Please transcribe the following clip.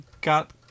got